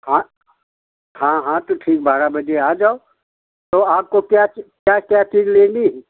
हाँ हाँ तो ठीक बारह बजे आ जाओ तो आपको क्या क्या चीज़ लेनी है